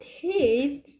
teeth